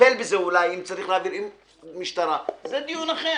יטפל בזה אם צריך להעביר למשטרה, זה דיון אחר.